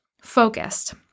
focused